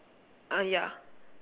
ah ya